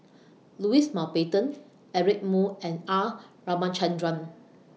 Louis Mountbatten Eric Moo and R Ramachandran